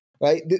right